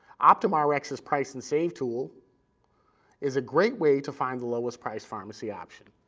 optumrx's price and save tool is a great way to find the lowest-price pharmacy option.